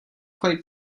quite